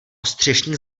střešních